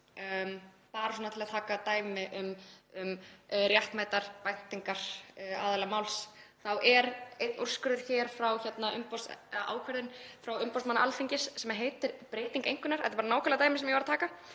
Bara svona til að taka dæmi um réttmætar væntingar aðila máls er ein ákvörðun frá umboðsmanni Alþingis sem heitir breyting einkunnar, þetta er bara nákvæmlega dæmið sem ég var að taka.